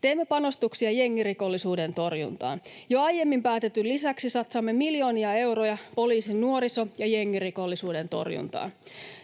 Teemme panostuksia jengirikollisuuden torjuntaan. Jo aiemmin päätetyn lisäksi satsaamme miljoonia euroja poliisin nuoriso- ja jengirikollisuuden torjuntaan.